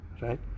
right